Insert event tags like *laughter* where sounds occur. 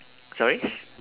sorry *noise*